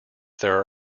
there